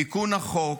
תיקון החוק,